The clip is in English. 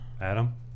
Adam